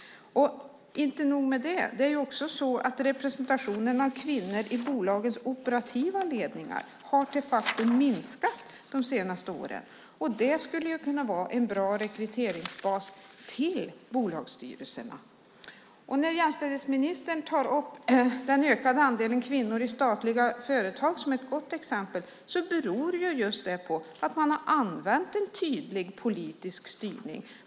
Det är inte nog med det. Representationen av kvinnor i bolagens operativa ledningar har de facto också minskat de senaste åren. Det skulle ju annars kunna vara en bra rekryteringsbas för bolagsstyrelserna. Jämställdhetsministern tar upp den ökade andelen kvinnor i statliga företag som ett gott exempel. Det beror ju just på att man har använt en tydlig politisk styrning.